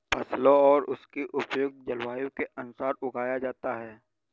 फसलों को उनकी उपयुक्त जलवायु के अनुसार उगाया जाता है